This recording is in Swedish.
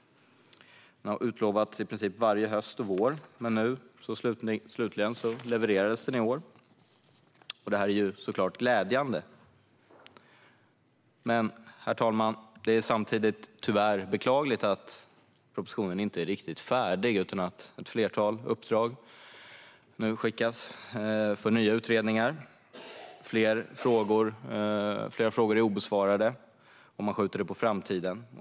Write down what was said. Den har utlovats i princip varje höst och varje vår, men nu slutligen levererades den. Det är såklart glädjande, men det är samtidigt beklagligt att propositionen inte är riktigt färdig utan att ett flertal uppdrag nu skickas för nya utredningar. Flera frågor är obesvarade, och man skjuter dem på framtiden.